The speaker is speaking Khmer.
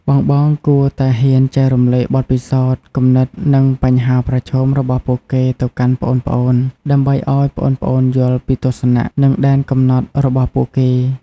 បងៗគួរតែហ៊ានចែករំលែកបទពិសោធន៍ គំនិត និងបញ្ហាប្រឈមរបស់ពួកគេទៅកាន់ប្អូនៗ ដើម្បីឱ្យប្អូនៗយល់ពីទស្សនៈ និងដែនកំណត់របស់ពួកគេ។